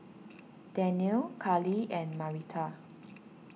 Danniel Karlie and Marita